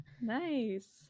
Nice